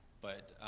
but,